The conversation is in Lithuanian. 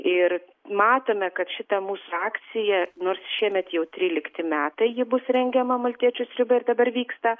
ir matome kad šita mūsų akcija nors šiemet jau trylikti metai ji bus rengiama maltiečių sriuba ir dabar vyksta